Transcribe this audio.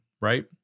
right